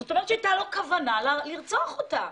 זאת אומרת, הייתה לו כוונה לרצוח אותה.